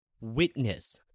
witness